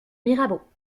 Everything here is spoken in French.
mirabeau